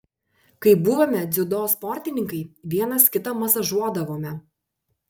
kai buvome dziudo sportininkai vienas kitą masažuodavome